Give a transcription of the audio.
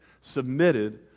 submitted